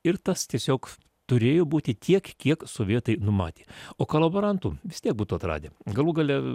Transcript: ir tas tiesiog turėjo būti tiek kiek sovietai numatė o kolaborantų vis tiek būtų atradę galų gale